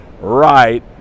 right